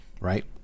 right